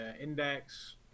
index